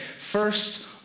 First